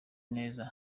neza